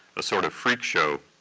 a sort of freak show,